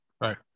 right